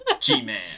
G-Man